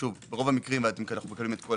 ברוב המקרים ואנחנו מקבלים את כל